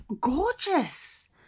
gorgeous